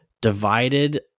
divided